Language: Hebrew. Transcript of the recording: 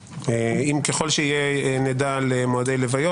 ככל שנדע על מועדי לוויות.